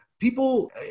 people